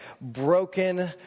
broken